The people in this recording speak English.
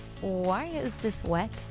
why-is-this-wet